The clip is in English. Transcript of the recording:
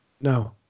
No